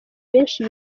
benshi